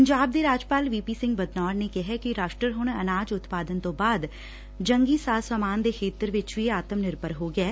ਪੰਜਾਬ ਦੇ ਰਾਜਪਾਲ V P Singh Badnore ਨੇ ਕਿਹੈ ਕਿ ਰਾਸ਼ਟਰ ਹੁਣ ਅਨਾਜ ਉਤਪਾਦਨ ਤੋਂ ਬਾਅਦ ਜੰਗੀ ਸਾਜ਼ ਸਮਾਨ ਦੇ ਖੇਤਰ ਵਿਚ ਵੀ ਆਤਮ ਨਿਰਭਰ ਹੋ ਗਿਐ